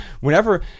whenever